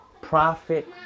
profit